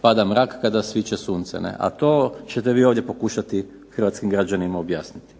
pada mrak kada sviće sunce. A to ćete vi ovdje pokušati Hrvatskim građanima objasniti.